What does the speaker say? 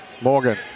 Morgan